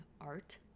art